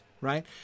right